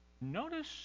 notice